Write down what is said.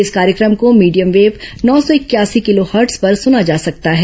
इस कार्यक्रम को भीडियम वेव नौ सौ इकयासी किलोहर्ट्ज पर सुना जा सकता है